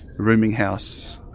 rooming-house,